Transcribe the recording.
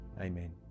Amen